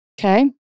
Okay